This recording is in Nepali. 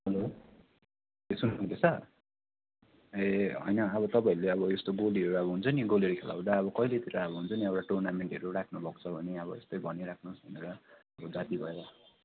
हेलो ए सुन्नुहुँदैछ ए होइन अब तपाईँहरूले अब यस्तो गोलीहरू अब हुन्छ नि गोलीहरू खेलाउँदा अब कहिलेतिर अब हुन्छ नि एउटा टुर्नामेन्टहरू राख्नु भएको छ भने अब यस्तै भनिराख्नुहोस् भनेर अब जाती भएर